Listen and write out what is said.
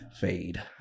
fade